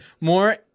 more